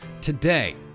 today